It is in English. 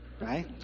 right